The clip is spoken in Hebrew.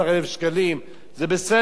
זה בסדר,